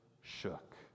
shook